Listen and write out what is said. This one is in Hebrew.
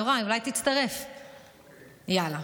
יוראי, אולי תצטרף, יאללה.